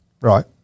Right